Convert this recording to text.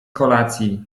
kolacji